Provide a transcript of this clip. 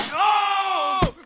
oh!